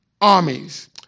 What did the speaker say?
armies